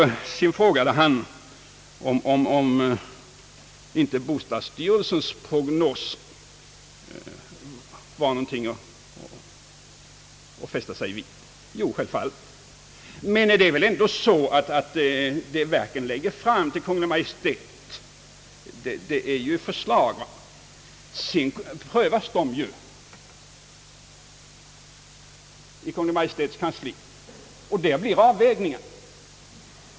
Därefter frågade herr Jacobsson om man inte borde fästa någon vikt vid bostadsstyrelsens prognos. Jo, det skall man självfallet göra. Men vad verken framlägger för Kungl. Maj:t är ju ändå förslag som sedan prövas i Kungl. Maj:ts kansli, där de blir föremål för avvägningar.